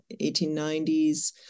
1890s